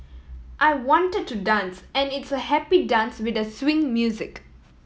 I wanted to dance and it's a happy dance with the swing music